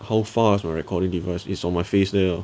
how far is my recording device it's on my face there lor